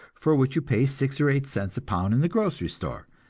for which you pay six or eight cents a pound in the grocery store,